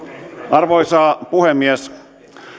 arvoisa puhemies